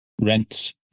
rents